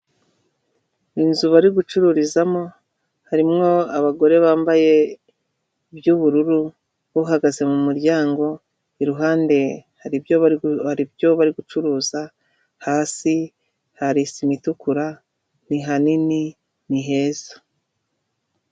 Inzu bari gucururizamo, harimo abagore bambaye iby'ubururu, uhagaze mu muryango, iruhande hari ibyo bari gucuruza, hasi hari sima itukura, ni hanini, ni heza.